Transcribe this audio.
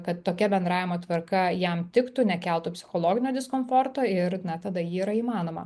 kad tokia bendravimo tvarka jam tiktų nekeltų psichologinio diskomforto ir na tada ji yra įmanoma